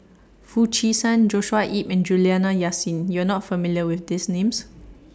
Foo Chee San Joshua Ip and Juliana Yasin YOU Are not familiar with These Names